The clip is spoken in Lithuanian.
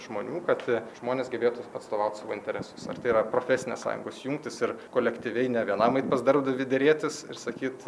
žmonių kad žmonės gebėtų atstovaut savo interesus ar tai yra profesinės sąjungos jungtys ir kolektyviai ne vienam eit pas darbdavį derėtis ir sakyt